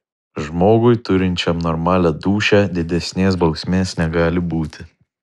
žmogui turinčiam normalią dūšią didesnės bausmės negali būti